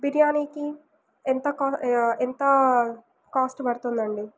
బిర్యానీకి ఎంత కా ఎంత కాస్ట్ పడుతుందండి